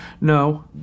No